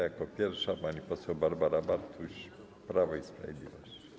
Jako pierwsza pani poseł Barbara Bartuś, Prawo i Sprawiedliwość.